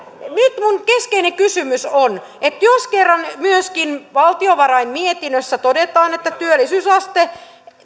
minun keskeinen kysymykseni on jos kerran myöskin valtiovarain mietinnössä todetaan että työllisyysaste